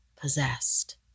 possessed